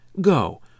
Go